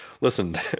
Listen